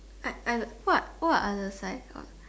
I I what what are the size of